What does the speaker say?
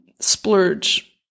splurge